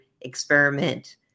experiment